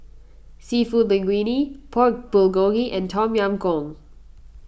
Seafood Linguine Pork Bulgogi and Tom Yam Goong